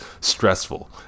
stressful